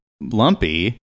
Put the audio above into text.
lumpy